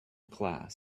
class